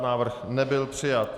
Návrh nebyl přijat.